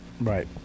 Right